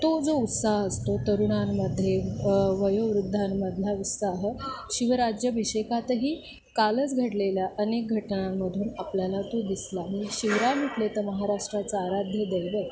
तो जो उत्साह असतो तरुणांमध्ये वयोवृद्धांमधला उत्साह शिवराज्यभिषेकातही कालच घडलेल्या अनेक घटनांमधून आपल्याला तो दिसला शिवराय म्हटले तर महाराष्ट्राचं आराध्य दैवत